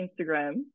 instagram